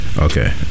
Okay